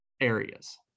areas